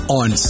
on